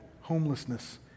homelessness